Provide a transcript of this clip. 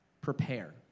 prepare